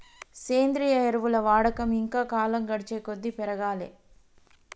సేంద్రియ ఎరువుల వాడకం ఇంకా కాలం గడిచేకొద్దీ పెరగాలే